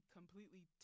completely